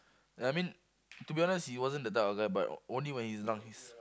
I mean to be honest he wasn't the type of guy but only when he's drunk he's